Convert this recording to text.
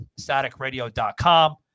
staticradio.com